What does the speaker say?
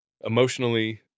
emotionally